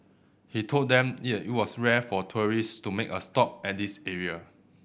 he told them it was rare for tourists to make a stop at this area